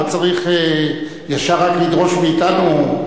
לא צריך ישר רק לדרוש מאתנו.